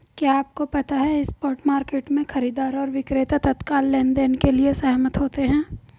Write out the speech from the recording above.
क्या आपको पता है स्पॉट मार्केट में, खरीदार और विक्रेता तत्काल लेनदेन के लिए सहमत होते हैं?